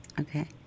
Okay